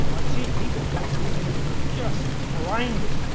so i've seen people go through things that are just grinding,